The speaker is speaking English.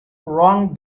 wrong